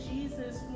Jesus